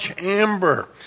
Amber